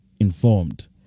informed